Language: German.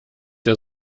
der